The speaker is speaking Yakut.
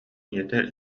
ийэтэ